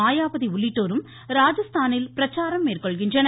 மாயாவதி உள்ளிட்டோரும் ராஜஸ்தானில் பிரச்சாரம் மேற்கொள்கின்றனர்